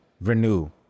renew